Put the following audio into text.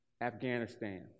Afghanistan